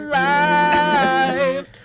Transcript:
life